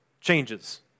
changes